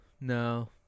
No